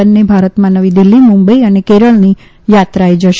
બંને ભારતમાં નવી દિલ્હી મુંબઈ અને કેરળની યાત્રાએ જશે